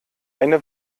eine